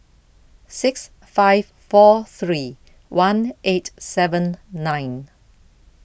six five four three one eight seven nine